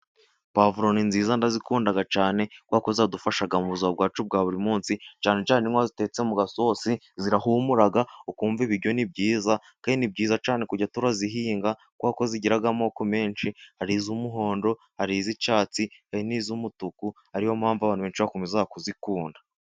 Pavuro ni nziza ndazikunda cyane kubera ko zidufasha mu buzima bwacu bwa buri munsi, cyane cyane iyo zitetse mu gasosi zirahumura ukumva ibiryoni ni byiza. Kandi ni byiza cyane kujya turazihinga kuko zigira amoko menshi hari: izumuhondo, ari iz'icyatsi n'iz'umutuku ariyo mpamvu abantu benshi bakomeza kuzikunda.